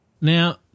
Now